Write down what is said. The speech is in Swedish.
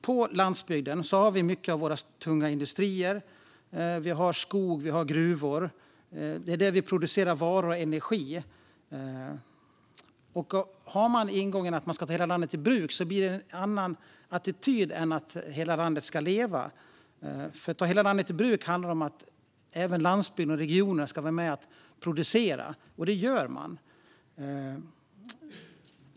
På landsbygden har vi mycket av våra tunga industrier. Vi har skog och gruvor, och vi producerar varor och energi där. Har man ingången att man ska ta hela landet i bruk innebär det en annan attityd än att hela landet ska leva. Att ta hela landet i bruk handlar om att även landsbygden och regionerna ska vara med och producera, och det är man.